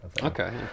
Okay